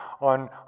on